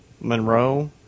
Monroe